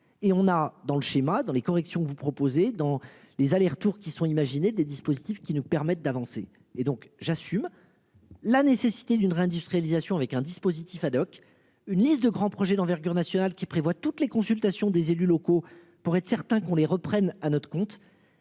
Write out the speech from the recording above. et on a dans le schéma dans les corrections vous proposez dans les allers-retours qui sont imaginer des dispositifs qui nous permettent d'avancer et donc j'assume. La nécessité d'une réindustrialisation, avec un dispositif Haddock une liste de grands projets d'envergure nationale qui prévoient toutes les consultations des élus locaux pour être certain qu'on les reprenne à notre compte.